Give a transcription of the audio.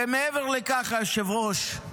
ומעבר לכך, היושב-ראש,